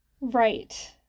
Right